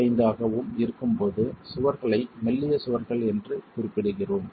5 ஆகவும் இருக்கும் போது சுவர்களை மெல்லிய சுவர்கள் என்று குறிப்பிடுகிறோம்